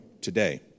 today